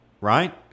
right